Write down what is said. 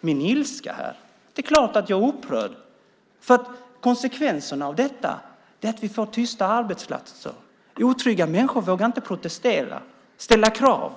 min ilska. Det är klart att jag är upprörd. Konsekvenserna av detta är att vi får tysta arbetsplatser. Otrygga människor vågar inte protestera och ställa krav.